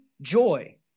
joy